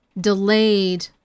delayed